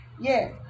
Yes